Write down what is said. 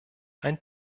ein